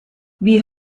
was